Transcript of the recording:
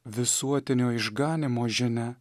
visuotinio išganymo žinią